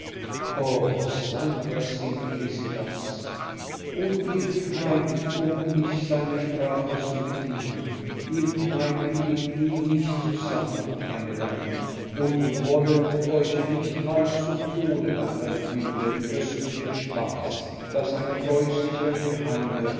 o sancta simplicitas und ihr kneipt um mich seiner sprache zu bedienen ihr kneipt die knie nicht zusammen meine damen und wollet euch nicht halb zu tode lachen über den köstlichen spaß daß ein preußischer geheimer